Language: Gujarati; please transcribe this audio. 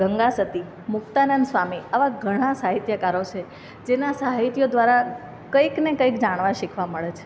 ગંગા સતી મૂકતાનંદ સ્વામી આવા ઘણા સાહિત્યકારો છે જેના સાહિત્યો દ્વારા કંઈક ને કંઈક જાણવા શીખવા મળે છે